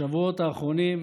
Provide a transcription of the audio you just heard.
בשבועות האחרונים,